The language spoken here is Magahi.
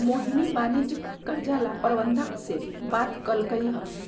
मोहिनी वाणिज्यिक कर्जा ला प्रबंधक से बात कलकई ह